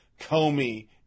Comey